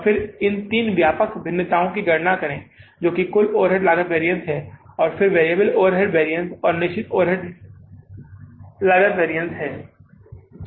और इन तीन व्यापक भिन्नताओं की गणना करें जो कि कुल ओवरहेड लागत वैरिअन्स है फिर वैरिएबल ओवरहेड वैरिअन्स और निश्चित ओवरहेड लागत वैरिअन्स है